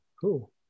Cool